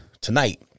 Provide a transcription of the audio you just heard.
tonight